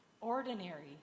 ordinary